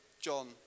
John